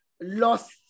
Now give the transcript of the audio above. lost